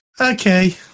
Okay